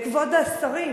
כבוד השרים,